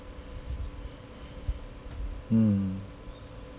mm